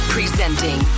Presenting